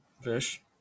Fish